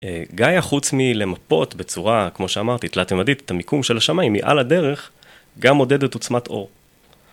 גיאה, חוץ מלמפות בצורה, כמו שאמרתי, תלת-ימדית את המיקום של השמיים מעל הדרך, גם מודדת עוצמת אור.